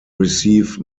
receive